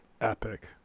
Epic